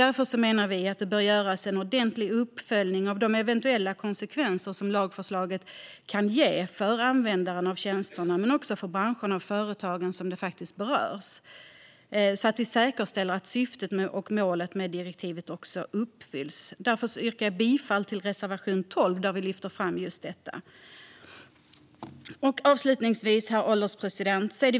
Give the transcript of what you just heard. Därför menar vi att det bör göras en ordentlig uppföljning av eventuella konsekvenser av lagförslaget för användarna av tjänsterna liksom branscherna och företagen som berörs så att vi säkerställer att syftet och målet med direktivet uppfylls. Därför yrkar jag bifall till reservation 12 där vi lyfter fram just detta. Herr ålderspresident!